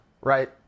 right